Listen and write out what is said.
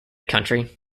country